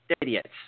idiots